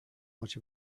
much